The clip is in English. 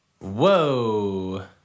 Whoa